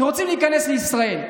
שרוצים להיכנס לישראל.